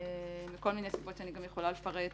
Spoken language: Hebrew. מכל מיני סיבות שאני יכולה לפרט.